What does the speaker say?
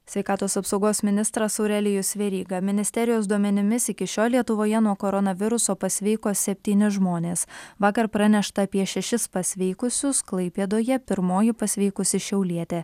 sveikatos apsaugos ministras aurelijus veryga ministerijos duomenimis iki šiol lietuvoje nuo koronaviruso pasveiko septyni žmonės vakar pranešta apie šešis pasveikusius klaipėdoje pirmoji pasveikusi šiaulietė